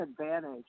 advantage –